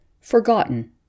Forgotten